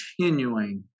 continuing